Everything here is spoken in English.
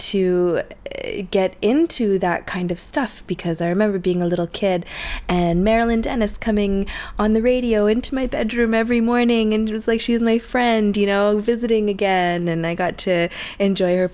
to get into that kind of stuff because i remember being a little kid and maryland and it's coming on the radio into my bedroom every morning indra it's like she's my friend you know visiting again and i got to enjoy